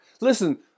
Listen